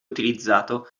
utilizzato